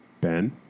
Ben